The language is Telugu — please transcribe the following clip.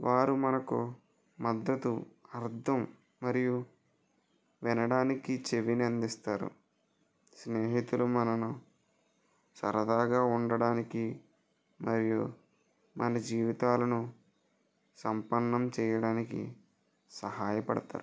వారు మనకు మద్దతు అర్థం మరియు వినడానికి చెవిని అందిస్తారు స్నేహితులు మనను సరదాగా ఉండడానికి మరియు మన జీవితాలను సంపన్నం చేయడానికి సహాయపడతారు